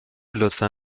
لطفا